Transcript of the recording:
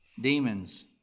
demons